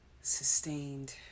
sustained